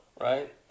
right